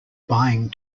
buying